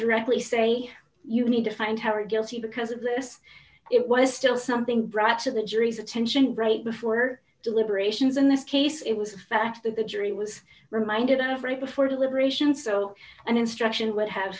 directly say you need to find her guilty because of this it was still something brought to the jury's attention right before deliberations in this case it was the fact that the jury was reminded every before deliberation so an instruction would have